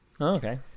okay